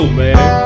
man